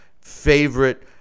favorite